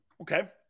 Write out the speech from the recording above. Okay